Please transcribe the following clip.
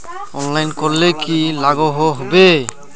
Online करले की लागोहो होबे?